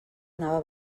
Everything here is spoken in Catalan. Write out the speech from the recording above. anava